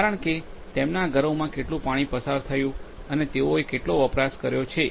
કારણ કે તેમના ઘરોમાં કેટલું પાણી પસાર થયું છે અને તેઓએ કેટલો વપરાશ કર્યો છે